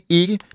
ikke